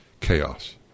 chaos